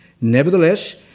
Nevertheless